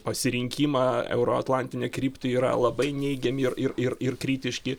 pasirinkimą euroatlantinę kryptį yra labai neigiami ir ir ir kritiški